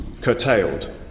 curtailed